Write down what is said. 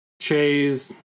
Chase